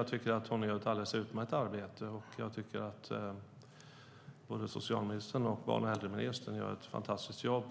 Jag tycker att hon gör ett alldeles utmärkt arbete, och jag tycker att både socialministern och barn och äldreministern gör ett fantastiskt jobb.